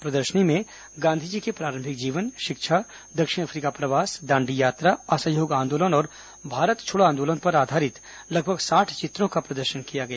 प्रदर्शनी में गांधी जी के प्रारम्भिक जीवन शिक्षा दक्षिण अफ्रीका प्रवास दांडी यात्रा असहयोग आंदोलन और भारत छोड़ो आंदोलन पर आधारित लगभग साठ चित्रों का प्रदर्शन किया गया